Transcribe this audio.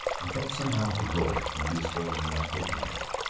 and felt somehow heroic and useful in not looking at it.